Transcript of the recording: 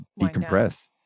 decompress